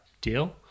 deal